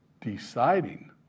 deciding